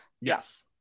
Yes